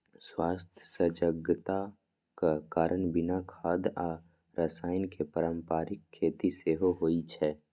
स्वास्थ्य सजगताक कारण बिना खाद आ रसायन के पारंपरिक खेती सेहो होइ छै